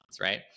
right